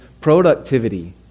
productivity